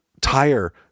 tire